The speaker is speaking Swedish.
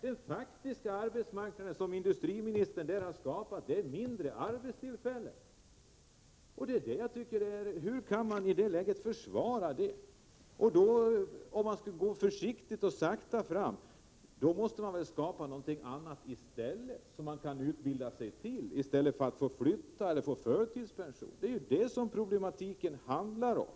Den faktiska arbetsmarknad som industriministern har skapat där innebär färre arbetstillfällen. Hur kan man försvara detta? Om man skall gå försiktigt och sakta fram måste man väl skapa något annat i stället, t.ex. anordna utbildning till andra arbetsområden, och inte tvinga folk att flytta eller välja förtidspension. Det är egentligen detta som problematiken handlar om.